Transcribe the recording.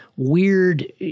weird